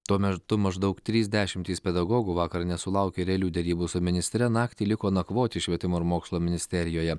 tuo metu maždaug trys dešimtys pedagogų vakar nesulaukę realių derybų su ministre naktį liko nakvoti švietimo ir mokslo ministerijoje